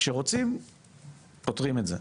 כשרוצים פותרים את זה,